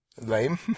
lame